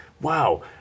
Wow